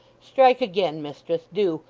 strike again, mistress. do.